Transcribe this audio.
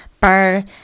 bar